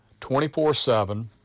24-7